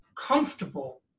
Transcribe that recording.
comfortable